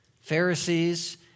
Pharisees